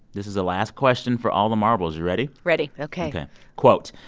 this is the last question for all the marbles. you ready? ready ok quote,